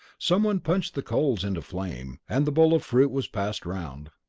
someone punched the coals into flame, and the bowl of fruit was passed round.